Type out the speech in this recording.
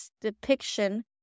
depiction